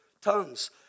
Tongues